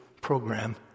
program